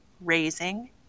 raising